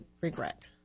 regret